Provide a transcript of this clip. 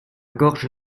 gorge